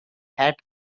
hat